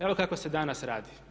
Evo kako se danas radi.